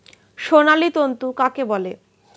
সোনালী তন্তু কাকে বলে?